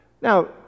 Now